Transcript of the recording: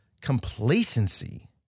complacency